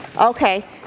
Okay